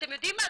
אתם יודעים מה,